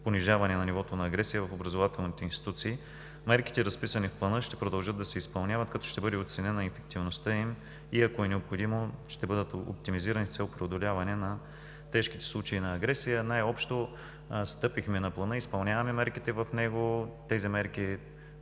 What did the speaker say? понижаване на нивото на агресия в образователните институции. Мерките, разписани в плана, ще продължат да се изпълняват като ще бъде оценена ефективността им и ако е необходимо ще бъдат оптимизирани с цел преодоляване на тежките случаи на агресия. Най-общо стъпихме на плана, изпълняваме мерките в него. Тези мерки